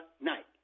night